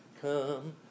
Come